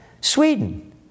Sweden